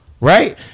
right